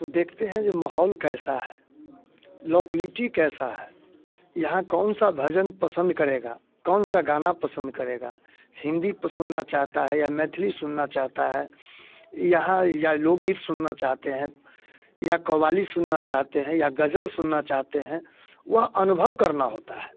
तो देखते हैं जो माहौल कैसा है लोकेलिटी कैसा है यहाँ कौन सा भजन पसंद करेगा कौन सा गाना पसंद करेगा हिंदी को सुनना चाहता है या मैथिली सुनना चाहता है यहाँ या लोकगीत सुनना चाहते हैं या क़व्वाली सुनना चाहते हैं या ग़ज़ल सुनना चाहते हैं वह अनुभव करना होता है